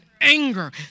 anger